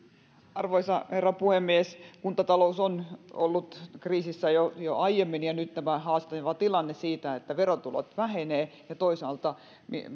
arvoisa herra puhemies kuntatalous on ollut kriisissä jo jo aiemmin ja nyt on tämä haastava tilanne että verotulot vähenevät ja toisaalta